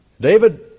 David